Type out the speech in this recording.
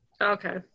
Okay